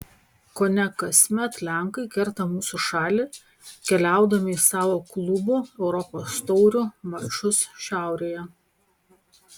kone kasmet lenkai kerta mūsų šalį keliaudami į savo klubų europos taurių mačus šiaurėje